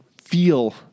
feel